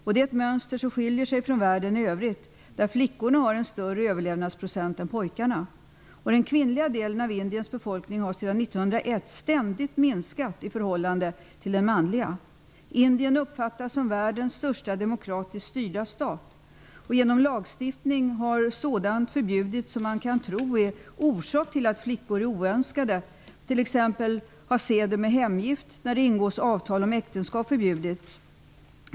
Det är ett mönster som skiljer sig från världen i övrigt, där flickorna har en större överlevnadsprocent än pojkarna. Den kvinnliga delen av Indiens befolkning har sedan 1901 ständigt minskat i förhållande till den manliga. Indien uppfattas såsom världens största demokratiskt styrda stat. Genom lagstiftning har sådant förbjudits som man kan tro är orsak till att flickor är oönskade. Således har t.ex. seden med hemgift när det ingås avtal om äktenskap förbjudits.